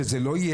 שזה לא יהיה,